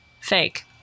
Fake